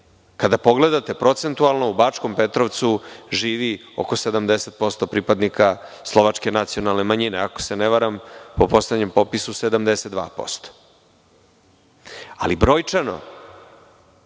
Kada pogledate procentualno u Bačkom Petrovcu živi oko 70% pripadnika Slovačke nacionalne manjine, ako se ne varam po poslednjem popisu 72%. Ali, brojčano